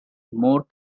more